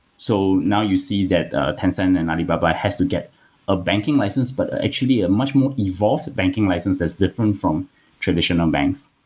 so now you see that tencent and alibaba has to get a banking license, but actually a much more evolved banking license that's different from traditional banks.